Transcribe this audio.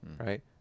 right